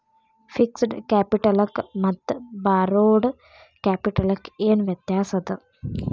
Fixed ಕ್ಯಾಪಿಟಲಕ್ಕ ಮತ್ತ borrowed ಕ್ಯಾಪಿಟಲಕ್ಕ ಏನ್ ವ್ಯತ್ಯಾಸದ?